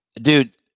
dude